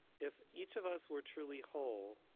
if each of us were truly whole,